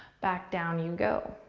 back down you go.